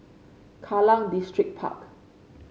Kallang Distripark